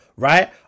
Right